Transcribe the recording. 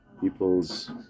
people's